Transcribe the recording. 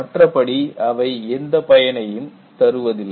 மற்றபடி அவை எந்த பயனையும் தருவதில்லை